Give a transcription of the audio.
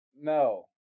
No